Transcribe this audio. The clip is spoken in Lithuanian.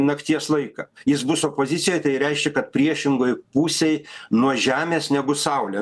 nakties laiką jis bus opozicijoj tai reiškia kad priešingoj pusėj nuo žemės negu saulė